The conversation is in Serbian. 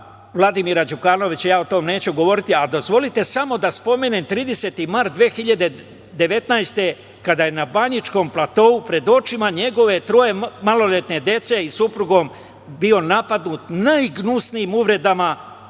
Vladimira Đukanovića, ja o tome neću govoriti. Dozvolite samo da spomenem 30. mart 2019. godine, kada je na Banjičkom platou, pred očima njegove troje maloletne dece i suprugom, bio napadnut najgnusnijim uvredama i